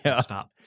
Stop